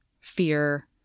fear